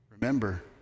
Remember